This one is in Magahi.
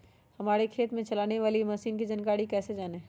हमारे खेत में चलाने वाली मशीन की जानकारी कैसे जाने?